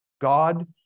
God